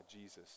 Jesus